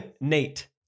Nate